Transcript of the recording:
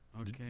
okay